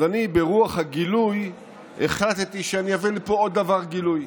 אז ברוח הגילוי החלטתי שאני אביא לפה עוד דבר גילוי.